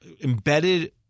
embedded